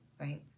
right